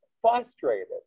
frustrated